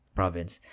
province